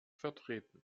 vertreten